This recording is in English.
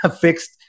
fixed